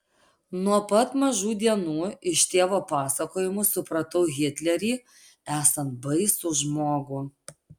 nuo pat mažų dienų iš tėvo pasakojimų supratau hitlerį esant baisų žmogų